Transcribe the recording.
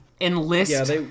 enlist